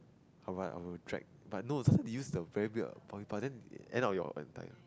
alright I will drag but no last time they use the very weird point but then end up your entire